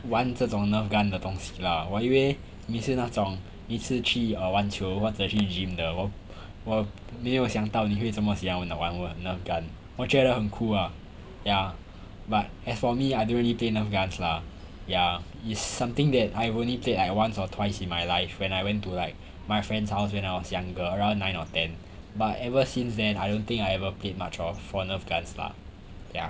玩这种 nerf gun 的东西啦我以为你是那种每次去玩球或者去 gym 的我我没有想到你会这么喜欢地玩 nerf gun 我觉得很 cool ah yeah but as for me I don't really play nerf guns lah ya it's something that I only played like once or twice in my life when I went to like my friend's house when I was younger around nine or ten but ever since then I don't think I ever played much of for nerf guns lah ya